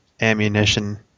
ammunition